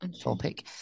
topic